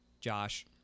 Josh